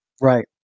Right